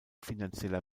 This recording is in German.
finanzieller